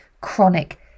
chronic